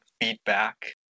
feedback